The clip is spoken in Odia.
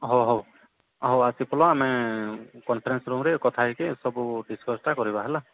ହଉ ହଉ ହଉ ଆସି ପଲ ଆମେ କନ୍ଫେରେନ୍ସ ରୁମ୍ରେ କଥା ହେଇକି ସବୁ ଡିସ୍କସ୍ଟା କରିବା ହେଲା